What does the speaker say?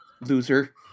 loser